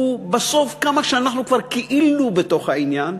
בסוף, כמה שאנחנו כבר כאילו בתוך העניין,